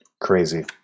crazy